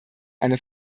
eine